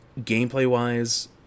Gameplay-wise